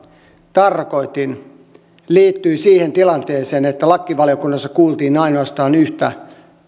tarkoitin liittyi siihen tilanteeseen että lakivaliokunnassa kuultiin ainoastaan yhtä